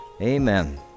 amen